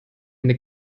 eine